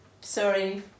Sorry